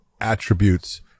attributes